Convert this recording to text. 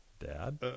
dad